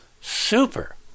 super